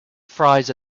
fries